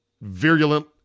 virulent